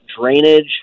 drainage